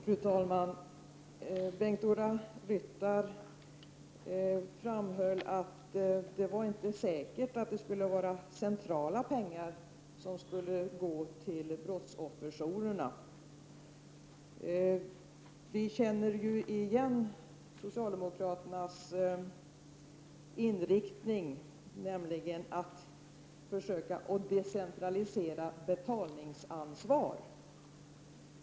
Fru talman! Bengt-Ola Ryttar framhöll att det inte var säkert att centrala pengar skulle gå till brottsofferjourerna. Vi känner igen socialdemokraternas inriktning, nämligen att försöka att decentralisera betalningsansvar.